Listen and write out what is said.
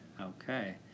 Okay